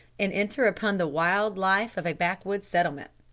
and enter upon the wild life of a backwoods settlement.